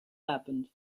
happened